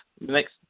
next